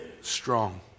strong